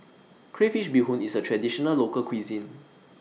Crayfish Beehoon IS A Traditional Local Cuisine